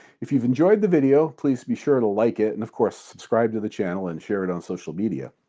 if you've enjoyed the video, please be sure to like it and, of course, subscribe to the channel and share it on social media.